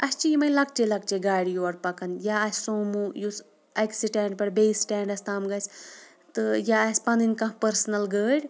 اَسہِ چھِ یِمٕے لَکچے لَکچے گاڑِ یور پَکان یا آسہِ سوموٗ یُس اَکہِ سٹینٛڈ پٮ۪ٹھ بیٚیِس سٹینٛڈَس تام گژھِ تہٕ یہِ آسہِ پَنٕنۍ کانٛہہ پٔرسٕنَل گٲڑۍ